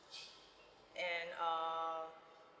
and err